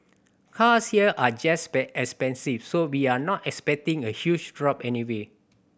cars here are just by expensive so we are not expecting a huge drop anyway